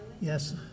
Yes